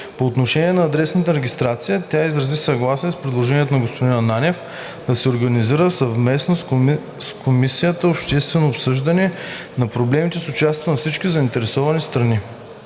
По отношение на адресната регистрация тя изрази съгласие с предложението на господин Ананиев да се организира съвместно с Комисията обществено обсъждане на проблемите с участието на всички заинтересовани страни.